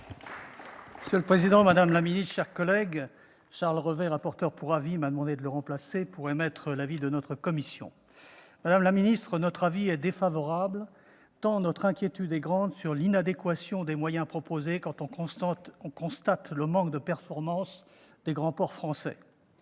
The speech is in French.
Monsieur le président, madame la ministre, mes chers collègues, Charles Revet, rapporteur pour avis, m'a demandé de le remplacer pour émettre l'avis de notre commission. Madame la ministre, notre avis est défavorable tant notre inquiétude est grande sur l'inadéquation des moyens proposés quand on constate le manque de performance des grands ports français,